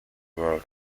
world